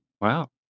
Wow